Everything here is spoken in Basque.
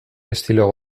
estilo